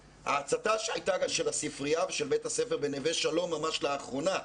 ההצתה שהייתה של הספרייה ושל בית הספר בנווה שלום ממש לאחרונה.